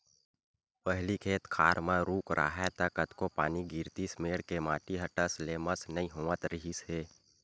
पहिली खेत खार म रूख राहय त कतको पानी गिरतिस मेड़ के माटी ह टस ले मस नइ होवत रिहिस हे